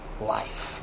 life